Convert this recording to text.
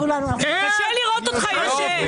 קשה לראות אותך יושב.